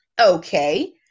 okay